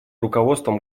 руководством